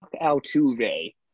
Altuve